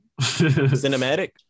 Cinematic